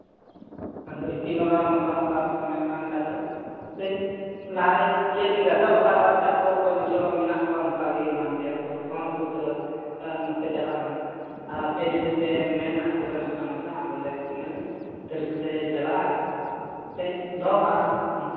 ᱟᱫᱚ ᱮᱹᱥᱤ ᱵᱟᱞᱟ ᱱᱚᱝᱠᱟ ᱱᱚᱝᱠᱟ ᱯᱮ ᱢᱮᱱᱮᱫ ᱠᱷᱟᱱ ᱫᱚ ᱠᱟᱹᱡ ᱞᱟᱦᱟᱨᱮᱧ ᱤᱭᱟᱹ ᱴᱷᱤᱠᱼᱟ ᱛᱚ ᱵᱟᱠᱷᱟᱱ ᱟᱵᱟᱨ ᱮᱴᱟᱜ ᱠᱚ ᱚᱠᱚᱭ ᱠᱚᱪᱚ ᱢᱮᱱᱟᱜ ᱠᱚᱣᱟ ᱚᱱᱠᱟᱜᱮ ᱮᱢᱟᱱ ᱛᱮᱭᱟᱜ ᱠᱚ ᱯᱷᱳᱱᱟᱠᱚ ᱛᱩᱨᱟᱹᱛ ᱵᱟᱝᱠᱷᱟᱱ ᱱᱚᱛᱮ ᱪᱟᱞᱟᱜᱼᱟ ᱟᱨ ᱟᱯᱮ ᱡᱚᱫᱤ ᱯᱮ ᱢᱮᱱᱠᱷᱟᱱ ᱵᱚᱞᱮ ᱱᱚᱝᱠᱟ ᱱᱚᱝᱠᱟ ᱵᱚᱞᱮ ᱤᱱᱟᱹᱜ ᱛᱟᱹᱨᱤᱠᱷ ᱞᱮ ᱪᱟᱞᱟᱜᱼᱟ ᱛᱚᱧ ᱫᱚᱦᱚ ᱠᱟᱜᱼᱟ